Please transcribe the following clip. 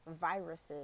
viruses